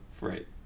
right